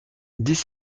dix